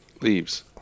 Leaves